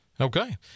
Okay